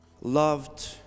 loved